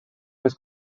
més